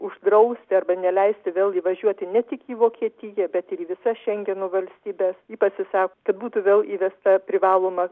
uždrausti arba neleisti vėl įvažiuoti ne tik į vokietiją bet ir į visas šengeno valstybes ji pasisako kad būtų vėl įvesta privaloma